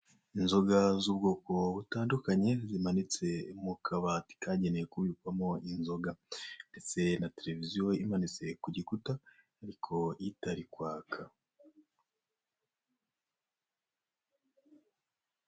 Inzoga z'ubwoko butandukanye, bumanitse mu kabati kagenewe kubikwamo inzoga ndetse na tereviziyo, imanitse ku gikuta ariko itari kwaka.